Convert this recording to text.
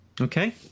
Okay